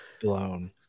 blown